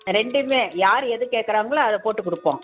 ரெண்டுமே யார் எது கேட்கறாங்களோ அதைப் போட்டு கொடுப்போம்